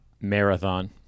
Marathon